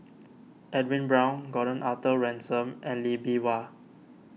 Edwin Brown Gordon Arthur Ransome and Lee Bee Wah